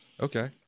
Okay